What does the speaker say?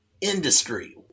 Industry